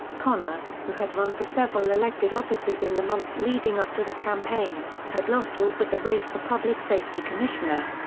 connor, who had run for several elected offices in the months leading up to the campaign, had lost all but the race for public safety commissioner.